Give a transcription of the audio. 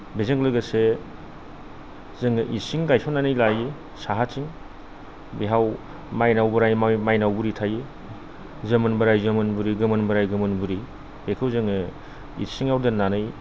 बेजों लोगोसे जोङो इसिं गायसन्नानै लायो साहाथिं बेयाव माइनाव बोराय माइनाव बुरै थायो जोमोन बोराइ जोमोन बुरै गोमोन बोराइ गोमोन बुरै बेखौ जोङो इसिंआव दोन्नानै